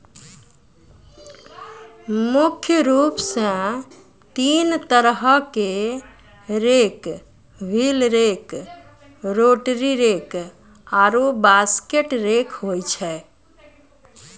मुख्य रूप सें तीन तरहो क rake wheel rake, rotary rake आरु बास्केट रेक होय छै